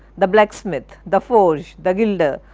the blacksmith, the forge, the gilder,